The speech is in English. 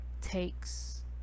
takes